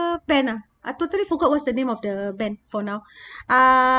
band lah I totally forgot what's the name of the band for now uh